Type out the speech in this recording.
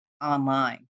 online